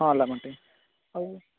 ହଁ lemon tea ଆଉ